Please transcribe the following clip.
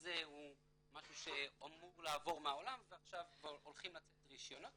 הוא משהו שאמור לעבור מהעולם ועכשיו כבר הולכים לצאת רישיונות.